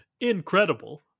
incredible